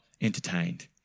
entertained